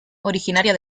originaria